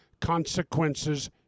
consequences